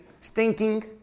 Stinking